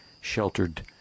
sheltered